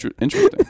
Interesting